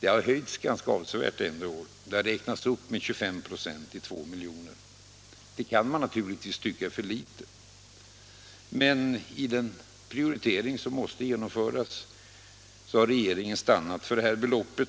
Det har höjts ganska avsevärt under tidigare år, och det har nu räknats upp med 25 96 till 2 milj.kr. Det kan man naturligtvis tycka är för litet, men i den prioritering som måste göras har regeringen stannat för detta belopp,